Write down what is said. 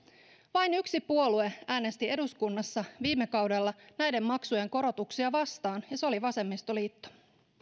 vain yksi puolue äänesti eduskunnassa viime kaudella näiden maksujen korotuksia vastaan ja se oli vasemmistoliitto